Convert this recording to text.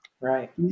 Right